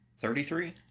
thirty-three